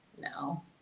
no